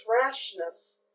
rashness